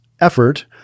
effort